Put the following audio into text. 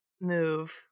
move